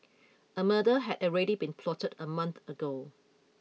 a murder had already been plotted a month ago